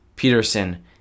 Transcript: Peterson